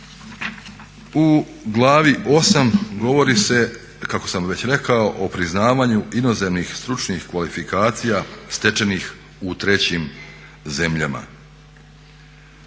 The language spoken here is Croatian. U glavi 8 govori se kako sam već rekao o priznavanju inozemnih stručnih kvalifikacija stečenih u trećim zemljama.